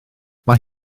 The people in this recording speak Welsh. mae